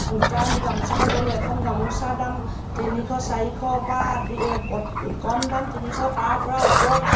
সূতা আনি গামোচাকে ব'লোঁ এখন গামোচাৰ দাম তিনিশ চাৰিশৰ পৰা দি কম দাম তিনিশ তাৰ পৰা ওপৰত